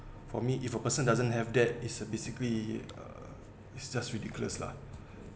for me if a person doesn't have that is uh basically uh it's just ridiculous lah